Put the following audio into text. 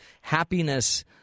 happiness